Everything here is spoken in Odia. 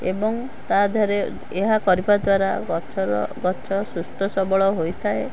ଏବଂ ତା' ଦେହରେ ଏହା କରିବା ଦ୍ୱାରା ଗଛର ଗଛ ସୁସ୍ଥ ସବଳ ହୋଇଥାଏ